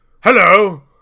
Hello